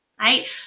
right